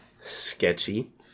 sketchy